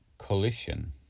collision